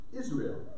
Israel